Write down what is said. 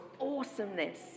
awesomeness